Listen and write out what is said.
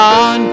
on